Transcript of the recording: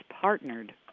partnered